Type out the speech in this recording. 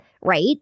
right